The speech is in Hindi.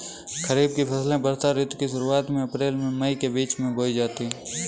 खरीफ की फसलें वर्षा ऋतु की शुरुआत में अप्रैल से मई के बीच बोई जाती हैं